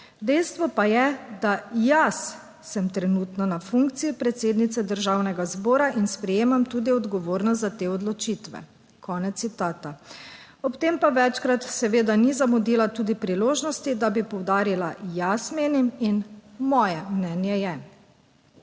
"Dejstvo pa je, da jaz sem trenutno na funkciji predsednice Državnega zbora in sprejemam tudi odgovornost za te odločitve." - konec citata, ob tem pa večkrat seveda ni zamudila tudi priložnosti, da bi poudarila: "Jaz menim" in "moje mnenje je."